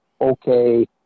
okay